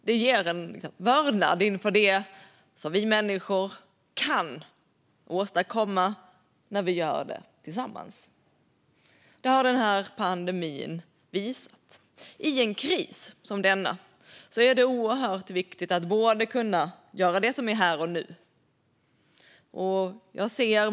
Det ger en vördnad inför det som vi människor kan åstadkomma när vi gör det tillsammans. Det har den här pandemin visat. I en kris som denna är det oerhört viktigt att kunna göra det som behövs både här och nu.